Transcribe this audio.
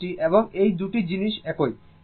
এই জিনিসটি এবং এই 2টি জিনিস একই